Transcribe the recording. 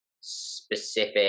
specific